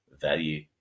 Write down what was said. value